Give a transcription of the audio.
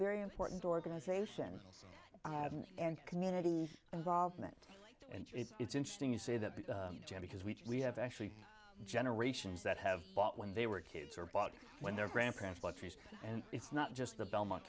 very important organization also and community involvement and it's interesting you say that because we have actually generations that have bought when they were kids or bought when their grandparents like trees and it's not just the belmont